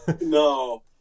No